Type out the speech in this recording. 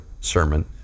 sermon